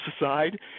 aside